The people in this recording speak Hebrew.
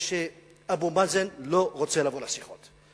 שאבו מאזן לא רוצה לבוא לשיחות.